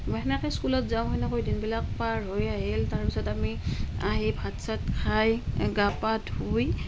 মই সেনেকৈ স্কুলত যাওঁ সেনেকৈ দিনবিলাক পাৰ হৈ আহিল তাৰ পাছত আমি আহি ভাত চাত খাই গা পা ধুই